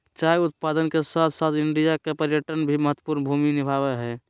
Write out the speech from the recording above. चाय उत्पादन के साथ साथ इंडिया के पर्यटन में भी महत्वपूर्ण भूमि निभाबय हइ